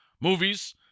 Movies